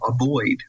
avoid